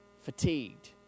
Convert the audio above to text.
fatigued